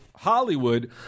Hollywood